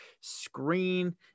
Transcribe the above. screen